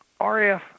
RF